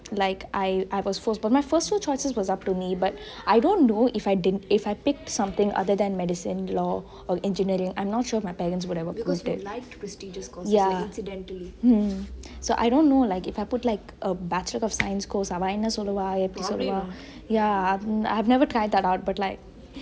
like I I was forced but my first two choices was up to me but I don't know if I picked something other than medicine law or engineering I'm not sure if my parents would advocate it ya so I don't know if I put a bachelor of science course அவ என்ன சொல்லுவா எப்டி சொல்லுவா:ave enne solluvaa epdi solluvaa ya I never tried that out but like